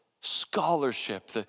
scholarship